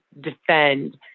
defend